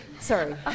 Sorry